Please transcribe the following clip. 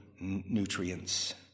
nutrients